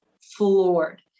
floored